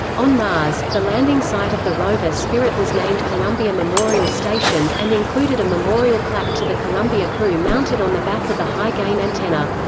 on mars, the landing site of the rover spirit was named columbia memorial station, and included a memorial plaque to the columbia crew mounted on the back of the high gain antenna.